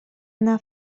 она